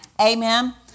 Amen